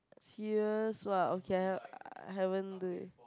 serious !wah! okay I haven't do it